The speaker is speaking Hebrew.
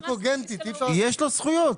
יש לו זכויות.